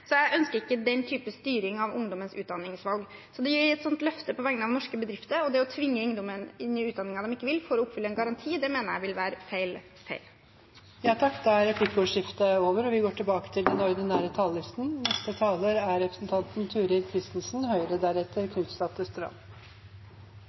Så jeg ønsker ikke den typen styring av ungdommens utdanningsvalg. Å gi et slikt løfte på vegne av norske bedrifter og å tvinge ungdommen inn i utdanning de ikke vil for å oppfylle en garanti, mener jeg vil være helt feil. Replikkordskiftet er omme. De talere som heretter får ordet, har en taletid på inntil 3 minutter. Representanten